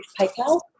PayPal